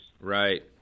Right